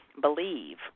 believe